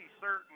certain